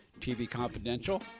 tvconfidential